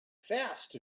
fast